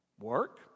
Work